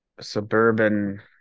Suburban